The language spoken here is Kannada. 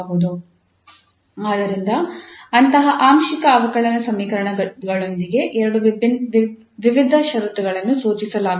ಆದ್ದರಿಂದ ಅಂತಹ ಆಂಶಿಕ ಅವಕಲನ ಸಮೀಕರಣಗಳೊಂದಿಗೆ ಎರಡು ವಿಧದ ಷರತ್ತುಗಳನ್ನು ಸೂಚಿಸಲಾಗುತ್ತದೆ